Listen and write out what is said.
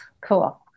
Cool